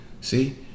see